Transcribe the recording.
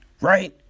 right